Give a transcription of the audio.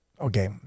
Okay